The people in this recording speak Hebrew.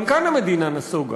גם כאן המדינה נסוגה.